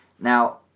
Now